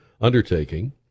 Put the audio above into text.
undertaking